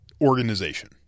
organization